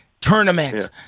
tournament